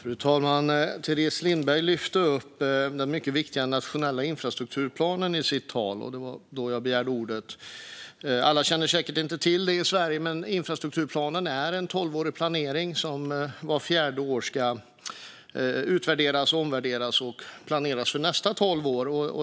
Fru talman! Teres Lindberg lyfte i sitt anförande upp den mycket viktiga nationella infrastrukturplanen. Det var då jag begärde ordet. Alla i Sverige känner säkert inte till det, men infrastrukturplanen är en tolvårig planering som vart fjärde år ska utvärderas och omvärderas och planeras för nästa tolv år.